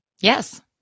yes